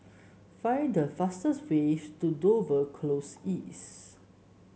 find the fastest way to Dover Close East